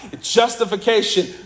justification